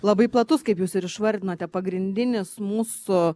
labai platus kaip jūs ir išvardinote pagrindinis mūsų